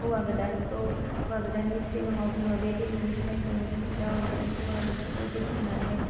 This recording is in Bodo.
होवा गोदानखौ होवा गोदाननि सिगाङाव बुङो बे दिननिफ्राय नोंनि हिन्जाव नोंनि हौवा बेफोरबायदि बुंनानै